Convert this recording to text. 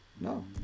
No